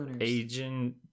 agent